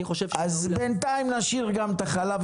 אז בינתיים נשאיר גם את החלב.